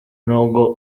n’ubwo